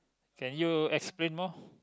can you explain more